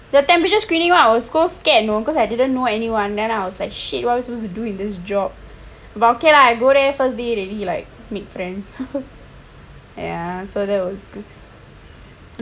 the temperature screening I was so scared you know cause I didn't know anyone then I was like shit what was I suppose to do in this job but ok lah I go there first day already like made friends and ya so that was good